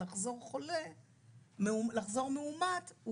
לחזור מאומת,